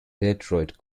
detroit